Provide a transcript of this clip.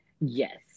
Yes